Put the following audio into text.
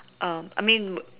um I mean